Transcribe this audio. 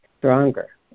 stronger